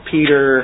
Peter